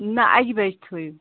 نہ اَکہِ بَجہِ تھٲیِو